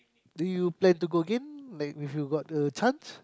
do you plan to go again like if you got the chance